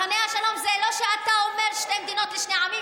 מחנה השלום זה לא שאתה אומר שתי מדינות לשני עמים,